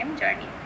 journey